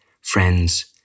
friends